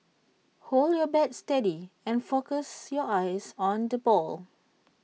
hold your bat steady and focus your eyes on the ball